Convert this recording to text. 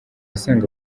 asanga